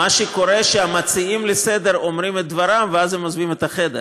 מה שקורה הוא שהמציעים של ההצעה אומרים את דברם ואז הם עוזבים את החדר.